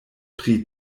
pri